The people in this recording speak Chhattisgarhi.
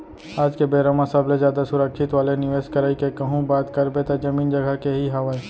आज के बेरा म सबले जादा सुरक्छित वाले निवेस करई के कहूँ बात करबे त जमीन जघा के ही हावय